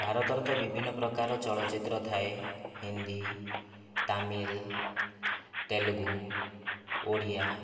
ଭାରତରେ ତ ବିଭିନ୍ନ ପ୍ରକାର ଚଳଚିତ୍ର ଥାଏ ହିନ୍ଦୀ ତାମିଲ ତେଲୁଗୁ ଓଡ଼ିଆ